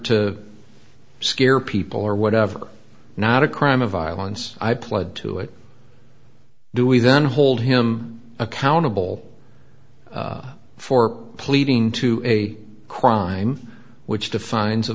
to scare people or whatever not a crime of violence i pled to it do we then hold him accountable for pleading to a crime which defines